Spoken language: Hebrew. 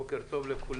בוקר טוב ושבוע טוב.